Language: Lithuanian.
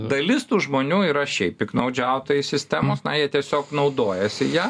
dalis tų žmonių yra šiaip piktnaudžiautojai sistemos na jie tiesiog naudojasi ja